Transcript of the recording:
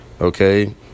okay